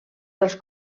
dels